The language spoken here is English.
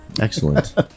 Excellent